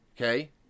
Okay